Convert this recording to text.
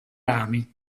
rami